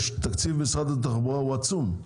תקציב משרד התחבורה הוא עצום,